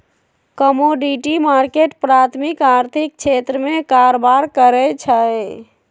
commodity market प्राथमिक आर्थिक क्षेत्र में कारबार करै छइ